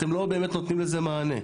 אתם לא באמת נותנים לזה מענה.